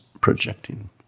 projecting